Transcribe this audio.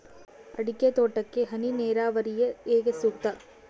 ಅಡಿಕೆ ತೋಟಕ್ಕೆ ಹನಿ ನೇರಾವರಿಯೇ ಏಕೆ ಸೂಕ್ತ?